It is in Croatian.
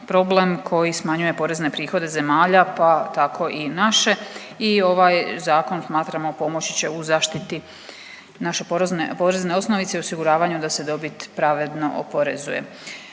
koji smanjuje porezne prihode zemalja pa tako i naše i ovaj zakon smatramo pomoći će u zaštiti naše porezne, porezne osnovice i osiguravanju da se dobit pravedno oporezuje.